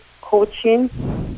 coaching